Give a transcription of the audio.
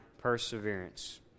perseverance